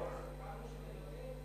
סיכמנו,